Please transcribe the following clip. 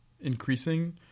increasing